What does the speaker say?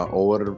over